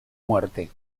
muerte